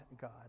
God